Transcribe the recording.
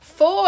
Four